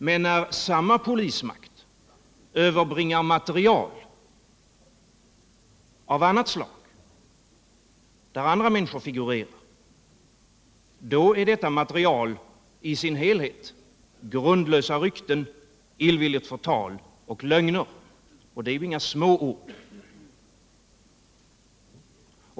Men när samma polismakt överbringar material av annat slag, där andra människor figurerar, då är det materialet i sin helhet grundlösa rykten, illvilligt förtal och lögner. Det är ju inga små ord.